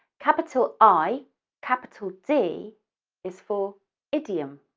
capital i capital d is for idiom.